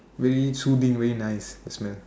very soothing very nice the smell